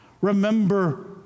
Remember